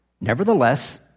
Nevertheless